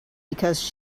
because